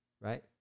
right